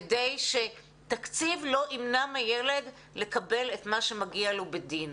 כדי שתקציב לא ימנע מילד לקבל את מה שמגיע לו בדין.